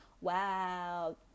wow